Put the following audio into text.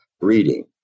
reading